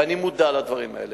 ואני מודע לדברים האלה.